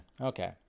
Okay